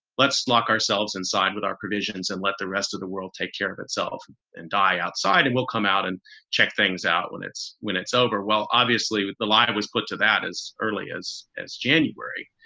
let's lock ourselves inside with our provisions and let the rest of the world take care of itself and die outside, and we'll come out and check things out when it's when it's over. well, obviously, with the light, it was put to that as early as as january,